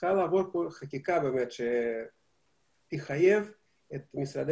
שצריכה לעבור פה חקיקה שתחייב את משרדי